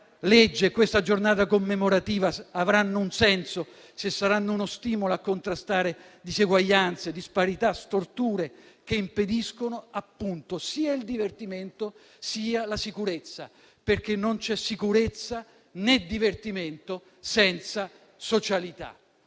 legge e questa giornata commemorativa avranno un senso se saranno uno stimolo a contrastare diseguaglianze, disparità e storture, che impediscono sia il divertimento sia la sicurezza, perché non ci sono né sicurezza né divertimento senza socialità.